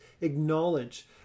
acknowledge